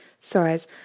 size